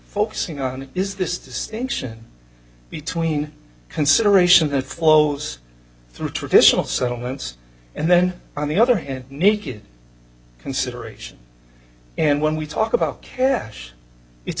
focusing on is this distinction between consideration that flows through traditional settlements and then on the other hand need good consideration and when we talk about cash it's